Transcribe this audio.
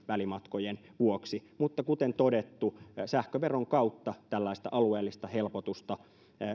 välimatkojen vuoksi mutta kuten todettu sähköveron kautta tällaista alueellista helpotusta